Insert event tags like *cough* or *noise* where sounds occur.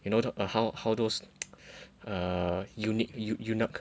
you know ah how how those *noise* err euni~ eunuch